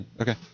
Okay